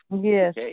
Yes